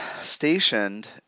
stationed